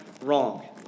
wrong